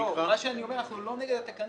לא, מה שאני אומר: אנחנו לא נגד התקנות.